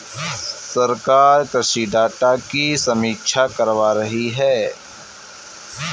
सरकार कृषि डाटा की समीक्षा करवा रही है